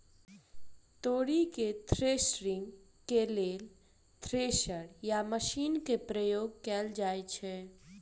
तोरी केँ थ्रेसरिंग केँ लेल केँ थ्रेसर या मशीन केँ प्रयोग कैल जाएँ छैय?